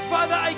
Father